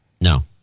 No